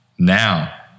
Now